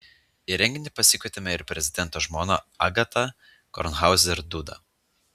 į renginį pasikvietėme ir prezidento žmoną agatą kornhauzer dudą